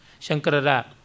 Shankara